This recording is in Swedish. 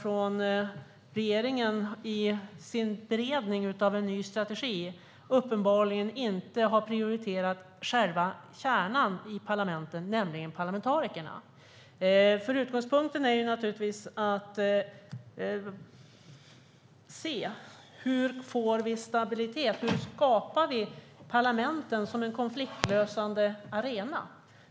Regeringen har i sin beredning av ny strategi uppenbarligen inte prioriterat själva kärnan i parlamenten, nämligen parlamentarikerna. Utgångspunkten är naturligtvis att se hur vi får stabilitet, hur parlamenten skapas som en konfliktlösande arena.